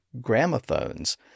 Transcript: gramophones